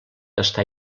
estar